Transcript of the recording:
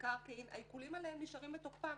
מקרקעין העיקולים האלה נשארים בתוקפם,